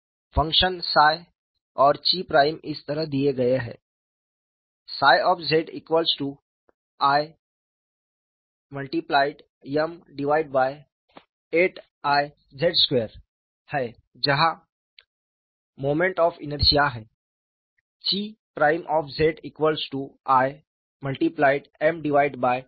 function 𝜳 और 𝛘′ इस तरह दिए गए हैं iM8Iz2 है जहां I मोमेंट ऑफ़ इनरशिया है 𝛘′iM8iz2